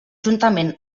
juntament